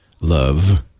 love